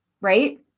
right